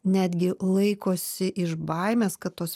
netgi laikosi iš baimės kad tos